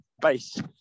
base